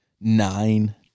nine